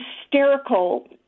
hysterical